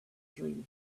dream